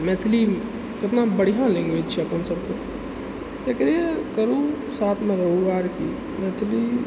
मैथिली कितना बढ़ियाँ लैंग्वैज छै अपन सबके तकरे करूँ साथमे रहूँ आर की मैथिली